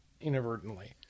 inadvertently